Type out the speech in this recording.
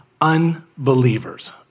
unbelievers